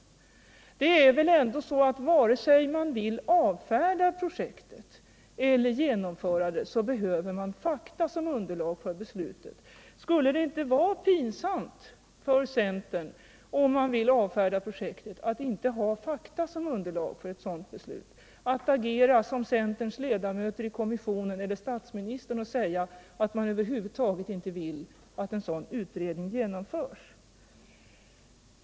Vare sig man vill avfärda projektet eller genomföra det, behöver man väl fakta som underlag för beslutet. Skulle det inte vara pinsamt för centern, om man vill avfärda projektet, att inte ha fakta som underlag för ett sådant beslut, att agera som centerns ledamöter i kommissionen eller statsministern och säga att man över huvud taget inte vill att en sådan utredning genomförs?